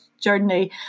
journey